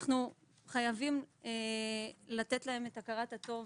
אנחנו חייבים לתת להם את הכרת הטוב,